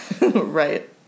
Right